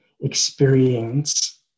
experience